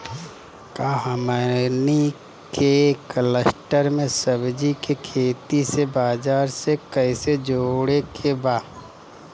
का हमनी के कलस्टर में सब्जी के खेती से बाजार से कैसे जोड़ें के बा?